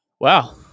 wow